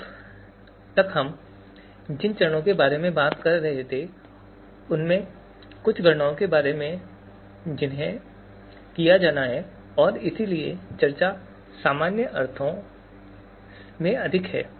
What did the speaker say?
अब तक हमने जिन चरणों के बारे में बात की है उनमें कुछ गणनाओं के बारे में हैं जिन्हें किया जाना है और इसलिए चर्चा सामान्य अर्थों में अधिक है